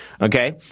Okay